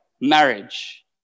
marriage